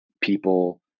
people